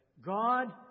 God